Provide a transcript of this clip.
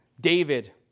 David